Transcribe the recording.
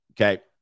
okay